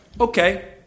okay